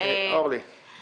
חברת הכנסת אורלי פרומן בבקשה.